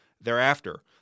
thereafter